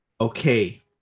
okay